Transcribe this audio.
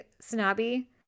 snobby